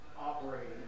operating